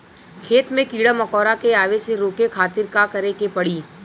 खेत मे कीड़ा मकोरा के आवे से रोके खातिर का करे के पड़ी?